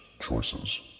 choices